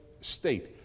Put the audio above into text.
state